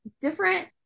different